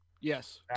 Yes